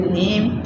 name